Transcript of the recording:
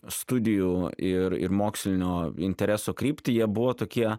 studijų ir ir mokslinio intereso kryptį jie buvo tokie